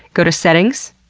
go to settings,